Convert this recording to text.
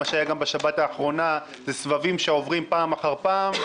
במיוחד לאחר מה שהיה גם בשבת האחרונה אלה סבבים שעוברים פעם אחר פעם,